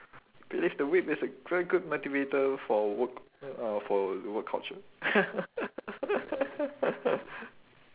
believe the whip is a very good motivator for work mm uh for work culture